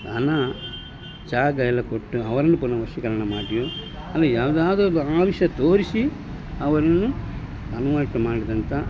ಹಣ ಜಾಗ ಎಲ್ಲ ಕೊಟ್ಟು ಅವರನ್ನು ಪುನಃ ವಶೀಕರಣ ಮಾಡಿಯೋ ಇಲ್ಲ ಯಾವುದಾದರೊಂದು ಆಮಿಷ ತೋರಿಸಿ ಅವರನ್ನು ಮಾಡಿದಂಥ